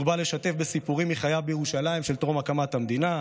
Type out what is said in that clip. הוא הרבה לשתף בסיפורים מחייו בירושלים של טרום הקמת המדינה,